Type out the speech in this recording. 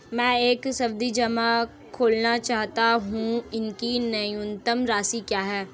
मैं एक सावधि जमा खोलना चाहता हूं इसकी न्यूनतम राशि क्या है?